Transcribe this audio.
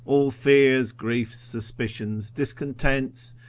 all fears, griefs, suspicions, discontents,